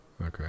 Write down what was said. Okay